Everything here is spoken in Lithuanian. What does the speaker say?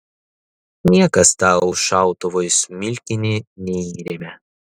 niekas tau šautuvo į smilkinį neįremia